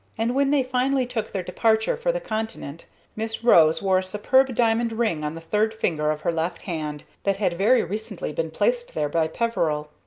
and when they finally took their departure for the continent miss rose wore a superb diamond ring on the third finger of her left hand, that had very recently been placed there by peveril.